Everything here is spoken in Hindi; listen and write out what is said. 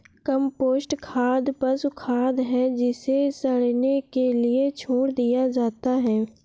कम्पोस्ट खाद पशु खाद है जिसे सड़ने के लिए छोड़ दिया जाता है